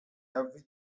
every